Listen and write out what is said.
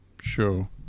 Sure